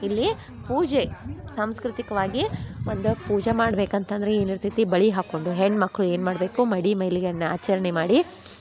ಇಲ್ಲಿ ಪೂಜೆ ಸಾಂಸ್ಕೃತಿಕವಾಗಿ ಒಂದು ಪೂಜೆ ಮಾಡ್ಬೇಕು ಅಂತಂದ್ರೆ ಏನಿರ್ತೈತಿ ಬಳೆ ಹಾಕ್ಕೊಂಡು ಹೆಣ್ಣುಮಕ್ಳು ಏನು ಮಾಡಬೇಕು ಮಡಿ ಮೈಲಿಗೆಯನ್ನು ಆಚರ್ಣೆ ಮಾಡಿ